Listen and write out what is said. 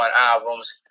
albums